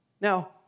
Now